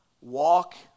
walk